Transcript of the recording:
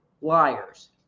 liars